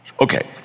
Okay